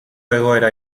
egoera